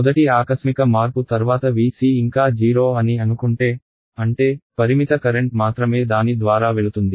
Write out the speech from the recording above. మొదటి ఆకస్మిక మార్పు తర్వాత V c ఇంకా 0 అని అనుకుంటే అంటే పరిమిత కరెంట్ మాత్రమే దాని ద్వారా వెళుతుంది